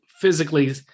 physically